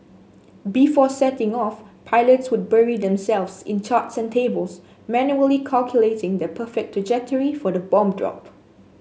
before setting off pilots would bury themselves in charts and tables manually calculating the perfect trajectory for the bomb drop